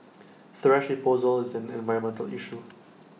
thrash disposal is an environmental issue